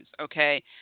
okay